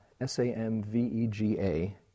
S-A-M-V-E-G-A